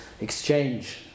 exchange